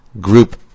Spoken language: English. group